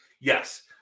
Yes